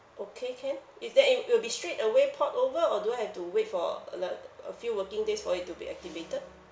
okay can is there in it will be straightaway port over or do I have to wait for uh like a few working days for it to be activated